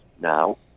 now